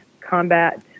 combat